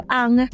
ang